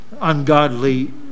ungodly